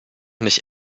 nicht